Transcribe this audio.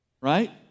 Right